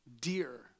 dear